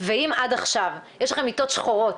עד עכשיו יש לכם מיטות שחורות,